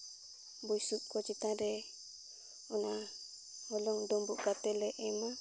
ᱵᱩᱥᱩᱵ ᱠᱚ ᱪᱮᱛᱟᱱ ᱨᱮ ᱦᱚᱞᱚᱝ ᱰᱩᱢᱵᱩᱜ ᱠᱟᱛᱮ ᱞᱮ ᱮᱢᱟ